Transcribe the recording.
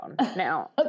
Now